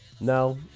No